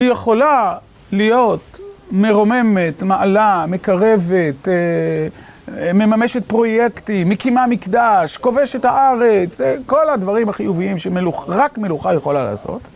היא יכולה להיות מרוממת, מעלה, מקרבת, מממשת פרויקטים, מקימה מקדש, כובשת הארץ, כל הדברים החיוביים שמלוכה, רק מלוכה יכולה לעשות.